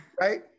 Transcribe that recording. right